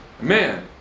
Man